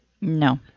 No